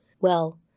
Well